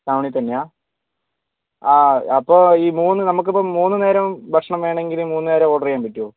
ടൗണിൽ തന്നെയാണോ ആഹ് അപ്പോൾ ഈ മൂന്ന് നമുക്കിപ്പോൾ മൂന്ന് നേരം ഭക്ഷണം വേണെങ്കിൽ ഈ മൂന്ന് നേരം ഓർഡർ ചെയ്യാൻ പറ്റുമോ